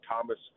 Thomas